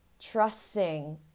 trusting